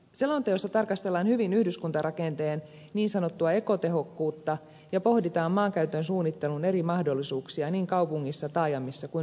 selonteossa tarkastellaan hyvin yhdyskuntarakenteen niin sanottua ekotehokkuutta ja pohditaan maankäytön suunnittelun eri mahdollisuuksia niin kaupungissa taajamissa kuin maaseudullakin